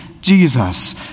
Jesus